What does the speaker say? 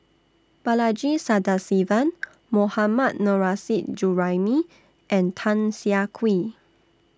Balaji Sadasivan Mohammad Nurrasyid Juraimi and Tan Siah Kwee